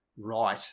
right